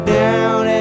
down